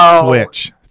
switch